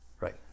Right